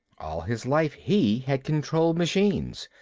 all his life he had controlled machines,